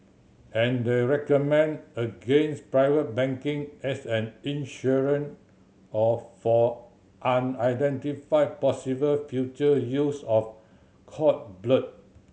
and they recommend against private banking as an insurance or for unidentified possible future use of cord blood